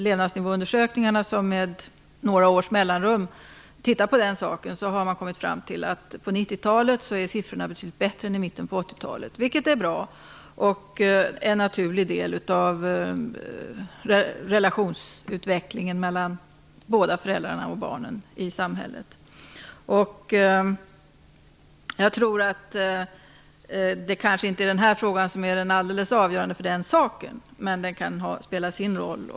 Levnadsnivåundersökningarna, som görs med några års mellanrum, visar att siffrorna på 90-talet är betydligt bättre än på mitten av 80-talet. Det är bra och en naturlig del av relationsutvecklingen när det gäller båda föräldrarna och barnen i samhället. Den här frågan är kanske inte alldeles avgörande för den saken, men den kan spela sin roll.